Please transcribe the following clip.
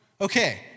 Okay